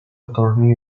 attorney